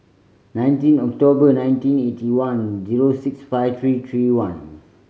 nineteen October nineteen eighty one zero six five three three one